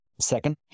second